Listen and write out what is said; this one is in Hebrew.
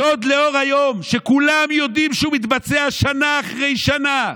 שוד לאור היום שכולם יודעים שהוא מתבצע שנה אחרי שנה.